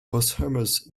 posthumous